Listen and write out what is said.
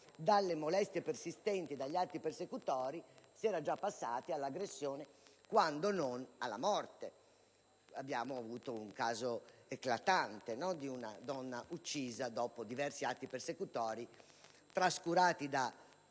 dalle molestie persistenti e dagli atti persecutori si era già passati all'aggressione, quando non alla morte. Ricordiamo il caso eclatante di una donna uccisa dopo diversi atti persecutori trascurati dalle